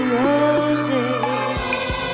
roses